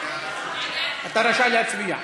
אתה רשאי להצביע.